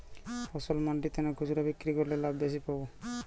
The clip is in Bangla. ফসল মন্ডিতে না খুচরা বিক্রি করলে লাভ বেশি পাব?